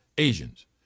Asians